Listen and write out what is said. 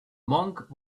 monk